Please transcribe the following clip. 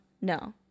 no